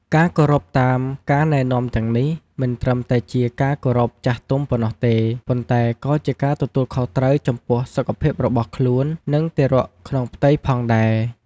ការគោរពតាមការណែនាំទាំងនេះ មិនត្រឹមតែជាការគោរពចាស់ទុំប៉ុណ្ណោះទេ ប៉ុន្តែក៏ជាការទទួលខុសត្រូវចំពោះសុខភាពរបស់ខ្លួន និងទារកក្នុងផ្ទៃផងដែរ។